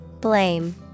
Blame